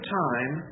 time